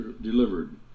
delivered